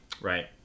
Right